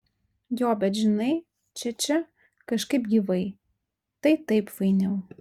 jo bet žinai čia čia kažkaip gyvai tai taip fainiau